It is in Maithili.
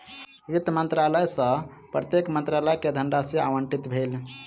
वित्त मंत्रालय सॅ प्रत्येक मंत्रालय के धनराशि आवंटित भेल